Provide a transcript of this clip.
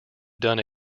done